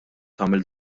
tagħmel